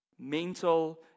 mental